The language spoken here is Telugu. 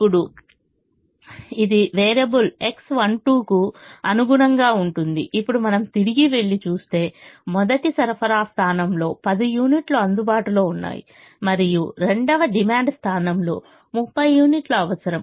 ఇప్పుడు ఇది వేరియబుల్ X12 కు అనుగుణంగా ఉంటుంది ఇప్పుడు మనం తిరిగి వెళ్లి చూస్తే మొదటి సరఫరా స్థానంలో 10 యూనిట్లు అందుబాటులో ఉన్నాయి మరియు రెండవ డిమాండ్ స్థానంలో 30 యూనిట్లు అవసరం